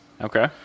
Okay